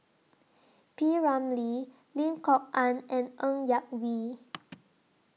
P Ramlee Lim Kok Ann and Ng Yak Whee